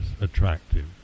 attractive